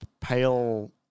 pale